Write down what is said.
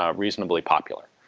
um reasonably popular.